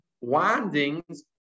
windings